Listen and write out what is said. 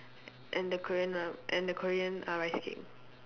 and the korean one and the korean uh rice cake